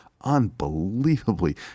unbelievably